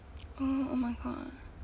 oh oh my god